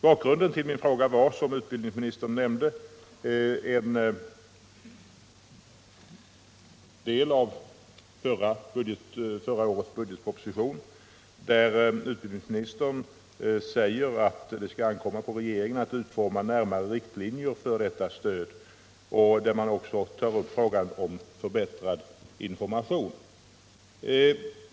Bakgrunden till min fråga var, som utbildningsministern nämnde, en del av förra årets budgetproposition, där utbildningsministern säger att det skall ankomma på regeringen att utforma närmare riktlinjer för detta stöd och även tar upp frågan om förbättrad information.